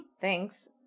thanks